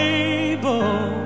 able